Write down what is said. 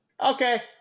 Okay